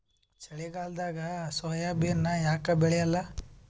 ಚಳಿಗಾಲದಾಗ ಸೋಯಾಬಿನ ಯಾಕ ಬೆಳ್ಯಾಲ?